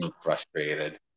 frustrated